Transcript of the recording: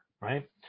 right